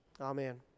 Amen